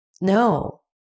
No